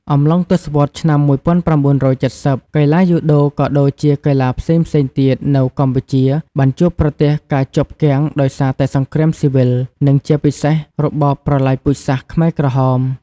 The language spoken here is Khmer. អំឡុងទសវត្សរ៍ឆ្នាំ១៩៧០ កីឡាយូដូក៏ដូចជាកីឡាផ្សេងៗទៀតនៅកម្ពុជាបានជួបប្រទះការជាប់គាំងដោយសារតែសង្គ្រាមស៊ីវិល និងជាពិសេសរបបប្រល័យពូជសាសន៍ខ្មែរក្រហម ។